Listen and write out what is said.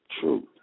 Truth